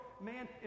man